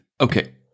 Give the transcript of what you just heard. okay